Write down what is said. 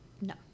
No